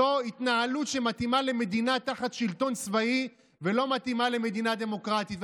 זו התנהלות שמתאימה למדינה תחת שלטון צבאי ולא מתאימה למדינה דמוקרטית,